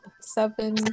seven